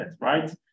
right